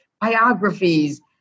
biographies